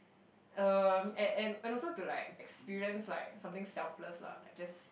um and and and also to like experience like something selfless lah like just